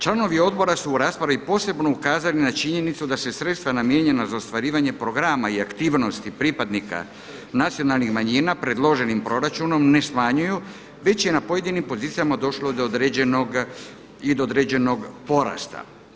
Članovi odbora su u raspravi posebno ukazali na činjenicu da se sredstva namijenjena za ostvarivanje programa i aktivnosti pripadnika nacionalnih manjina predloženi proračunom ne smanjuju već je na pojedinim pozicijama došlo i do određenog porasta.